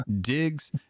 digs